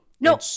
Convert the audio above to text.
No